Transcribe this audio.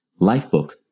Lifebook